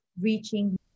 reaching